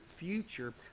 future